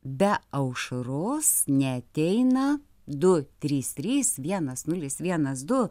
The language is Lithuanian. be aušros neateina du trys trys vienas nulis vienas du